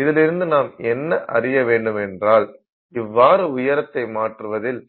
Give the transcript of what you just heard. இதிலிருந்து நாம் என்ன அறிய வேண்டுமென்றால் இவ்வாறு உயரத்தை மாற்றுவதில்